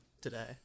today